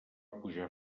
pujar